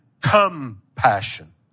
compassion